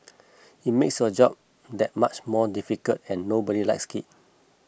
it makes your job that much more difficult and nobody likes it